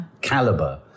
calibre